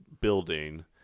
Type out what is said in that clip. building